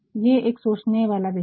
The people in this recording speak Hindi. ये एक सोचने वाला विषय है